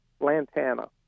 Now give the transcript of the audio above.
lantana